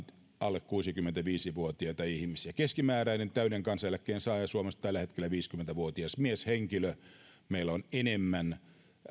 alle kuusikymmentäviisi vuotiaita ihmisiä keskimääräinen täyden kansaneläkkeen saaja suomessa on tällä hetkellä viisikymmentä vuotias mieshenkilö meillä on enemmän